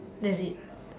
that it